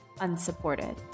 unsupported